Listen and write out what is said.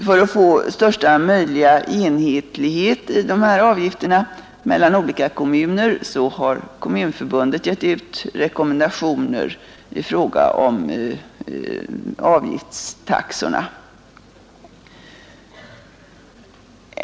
För att få största möjliga enhetlighet i avgifterna mellan olika kommuner har Kommunförbundet givit ut rekommendationer i fråga om avgiftstaxorna.